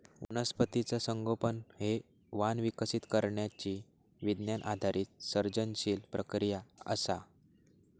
वनस्पतीचा संगोपन हे वाण विकसित करण्यची विज्ञान आधारित सर्जनशील प्रक्रिया असा